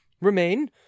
remain